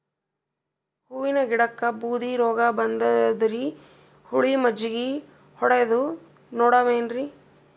ಹೂವಿನ ಗಿಡಕ್ಕ ಬೂದಿ ರೋಗಬಂದದರಿ, ಹುಳಿ ಮಜ್ಜಗಿ ಹೊಡದು ನೋಡಮ ಏನ್ರೀ?